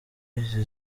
izi